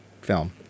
film